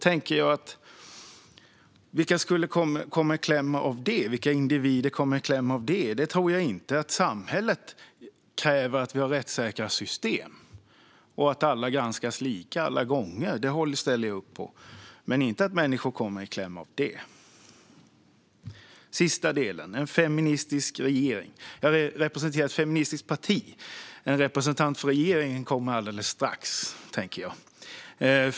Vilka individer skulle kunna komma i kläm på grund av det? Samhället kräver att vi har rättssäkra system och att alla granskas lika alla gånger. Det ställer jag upp på. Men jag tror inte att människor kommer i kläm på grund av det. Den sista delen gäller en feministisk regering. Jag representerar ett feministiskt parti. En representant för regeringen kommer alldeles strax, tänker jag.